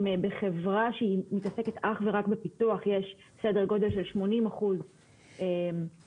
בחברה שמתעסקת אך ורק בפיתוח יש סדר גודל של 80% מהנדסים,